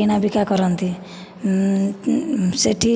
କିଣାବିକା କରନ୍ତି ସେଇଠି